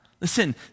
Listen